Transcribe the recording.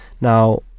Now